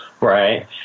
Right